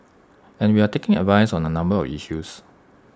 and we're taking advice on A number of issues